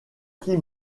prix